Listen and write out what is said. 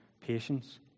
patience